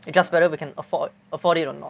it just whether we can afford afford it or not